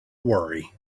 worry